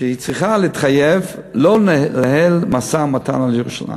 שהיא צריכה להתחייב לא לנהל משא-ומתן על ירושלים.